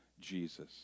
Jesus